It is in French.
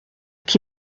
qui